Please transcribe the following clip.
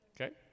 Okay